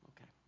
okay